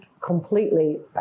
completely